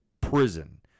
prison